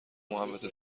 محوطه